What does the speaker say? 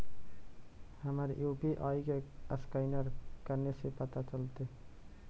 हमर यु.पी.आई के असकैनर कने से पता चलतै?